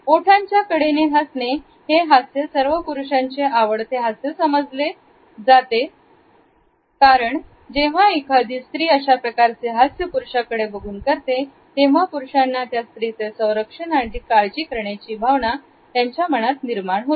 ओठांच्या कडेने हसणे हे हास्य सर्व पुरुषांचे आवडते हास्य असल्याचे दर्शविते कारण जेव्हा एखादी स्त्री अशा प्रकारचे हास्य पुरुषाकडे बघून करते तेव्हा पुरुषांना त्या स्त्रीचे संरक्षण आणि काळजी करण्याची भावना निर्माण होते